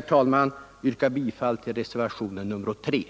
talman! Jag vill yrka bifall till reservationen 2.